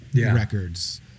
records